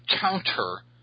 counter